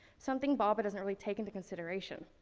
something baba doesn't really take into consideration.